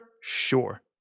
Sure